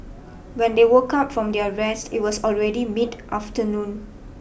when they woke up from their rest it was already mid afternoon